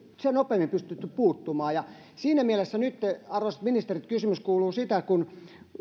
sen nopeammin pystyneet puuttumaan siinä mielessä nytten arvoisat ministerit kysymys kuuluu kun